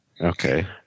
Okay